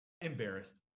Embarrassed